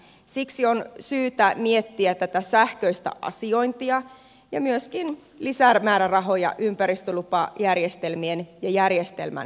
siksi on syytä miettiä tätä sähköistä asiointia ja myöskin lisämäärärahoja ympäristölupajärjestelmien ja järjestelmän